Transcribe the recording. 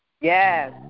Yes